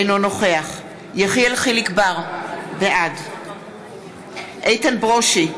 אינו נוכח יחיאל חיליק בר, בעד איתן ברושי,